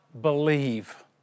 believe